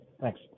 Thanks